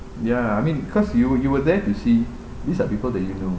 ya I mean cause you you were there to see these are people that you know